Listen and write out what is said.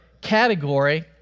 category